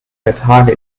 ertrage